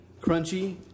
crunchy